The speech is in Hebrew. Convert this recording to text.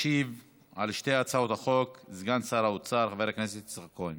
ישיב על שתי הצעות החוק סגן שר האוצר חבר הכנסת יצחק כהן.